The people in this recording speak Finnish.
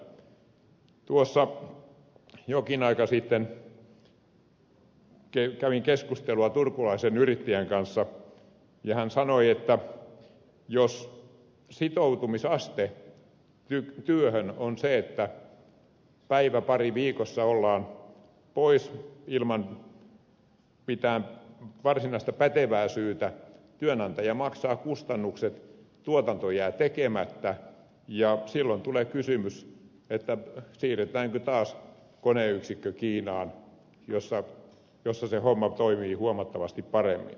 tuossa jokin aika sitten kävin keskustelua turkulaisen yrittäjän kanssa ja hän sanoi että jos sitoutumisaste työhön on se että päivä pari viikossa ollaan pois ilman mitään varsinaista pätevää syytä työnantaja maksaa kustannukset tuotanto jää tekemättä ja silloin tulee kysymys siirretäänkö taas koneyksikkö kiinaan jossa se homma toimii huomattavasti paremmin